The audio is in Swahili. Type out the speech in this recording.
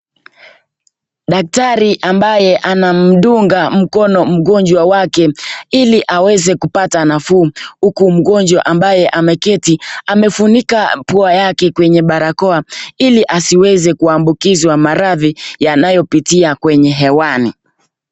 Daktari ambaye anamdunga mkono magonjwa wake ili aweze kupata nafuu, uku magonjwa ambaye ameketi amefunika pua yake kwenye barakoa ili asiweze kuabukizwa marathi yanayo pitia kwenye hewani.